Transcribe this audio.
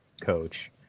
coach